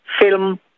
film